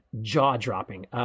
jaw-dropping